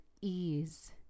ease